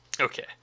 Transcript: okay